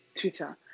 Twitter